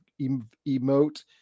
emote